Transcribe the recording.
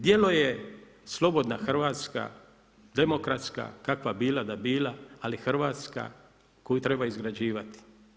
Djelo je slobodna Hrvatska demokratska kakva bila da bila ali je Hrvatska koju treba izgrađivati.